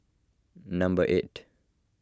number eight